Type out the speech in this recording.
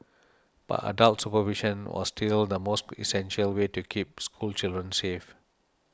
but adult supervision was still the most essential way to keep school children safe